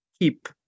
keep